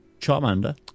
Charmander